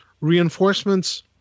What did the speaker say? reinforcements